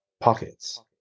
pockets